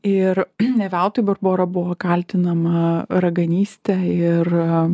ir ne veltui barbora buvo kaltinama raganyste ir